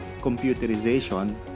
computerization